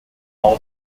house